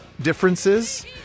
differences